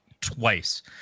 twice